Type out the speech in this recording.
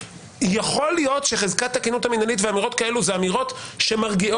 שיכול להיות שחזקת התקינות המינהלית ואמירות כאלה זה אמירות שמרגיעות